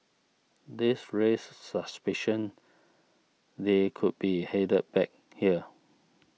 this raised suspicion they could be headed back here